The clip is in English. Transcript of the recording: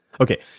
Okay